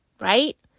right